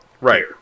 Right